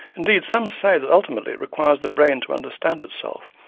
indeed, some say that ultimately it requires the brain to understand itself,